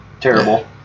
terrible